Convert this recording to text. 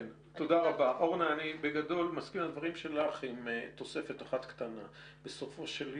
אני בגדול מסכים עם הדברים שלך בתוספת אחת קטנה: בסופו של יום,